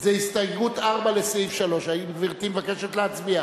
זו הסתייגות 4 לסעיף 3. האם גברתי מבקשת להצביע?